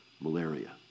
malaria